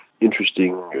Interesting